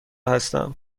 هستم